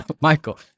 Michael